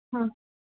हा